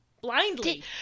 blindly